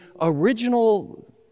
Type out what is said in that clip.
original